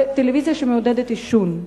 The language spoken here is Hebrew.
טלוויזיה שמעודדת עישון,